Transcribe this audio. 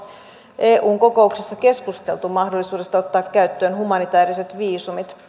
onko eun kokouksissa keskusteltu mahdollisuudesta ottaa käyttöön humanitääriset viisumit